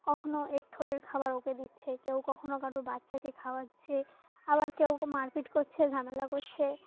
কখনও এর ঠোঁটের খাবার ওকে দিচ্ছে কেউ কখনও কারুর বাচ্চাকে খাওয়াচ্ছে আবার কেউ মারপিট করছে ঝামেলা করছে